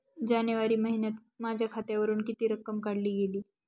जानेवारी महिन्यात माझ्या खात्यावरुन किती रक्कम काढली गेली?